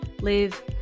live